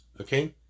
Okay